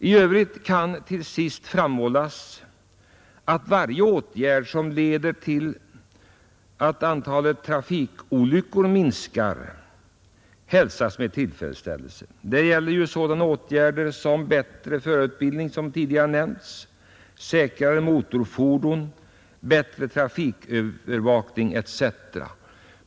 Sedan hälsar jag naturligtvis varje åtgärd, som leder till att antalet trafikolyckor minskar, med stor tillfredsställelse. Det kan gälla den tidigare nämnda åtgärden att förbättra förarutbildningen, säkrare motorfordon, bättre trafikövervakning etc.